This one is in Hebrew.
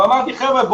אמרתי חבר'ה,